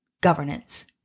governance